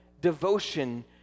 devotion